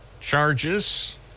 charges